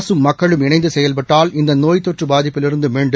அரசும் மக்களும் இணைந்து செயல்பட்டால் இந்த நோய் தொற்று பாதிப்பிலிருந்து மீண்டு